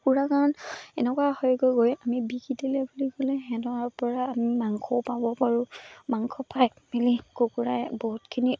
কুকুৰা কাৰণ এনেকুৱা হয়গৈ গৈ আমি বিকি দিলে বুলি ক'লে সিহঁতৰপৰা আমি মাংসও পাব পাৰোঁ মাংস পাই মেলি কুকুৰাই বহুতখিনি